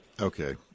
Okay